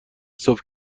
صبح